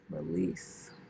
release